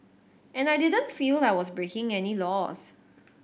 and I didn't feel I was breaking any laws